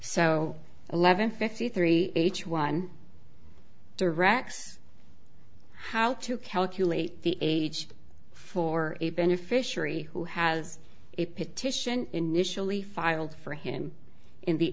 so eleven fifty three h one directs how to calculate the age for a beneficiary who has a petition initially filed for him in the